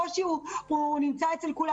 הקושי נמצא אצל כולם.